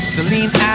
Celine